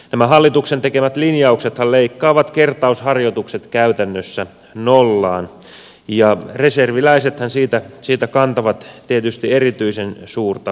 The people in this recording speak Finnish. nämä hallituksen tekemät linjauksethan leikkaavat kertausharjoitukset käytännössä nollaan ja reserviläisethän siitä kantavat tietysti erityisen suurta huolta